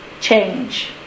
change